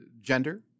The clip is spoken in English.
gender